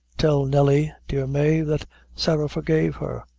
tell nelly, dear mave, that sarah forgave her,